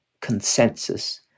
consensus